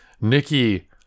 Nikki